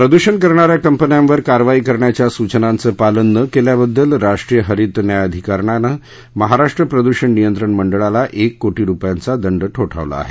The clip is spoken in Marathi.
प्रदृषण करणाऱ्या कंपन्यांवर कारवाई करण्याच्या सूचनांचं पालन न केल्याबद्दल राष्ट्रीय हरित न्यायधिकरणानं महाराष्ट्र प्रदृषण नियंत्रण मंडळाला एक कोटी रूपयांचा दंड ठोठावला आहे